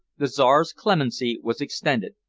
the czar's clemency was extended,